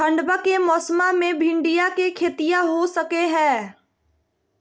ठंडबा के मौसमा मे भिंडया के खेतीया हो सकये है?